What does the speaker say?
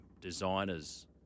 designers